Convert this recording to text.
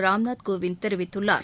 ராம்நாத் கோவிந்த் தெரிவித்துள்ளார்